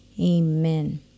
Amen